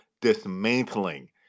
dismantling